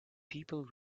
people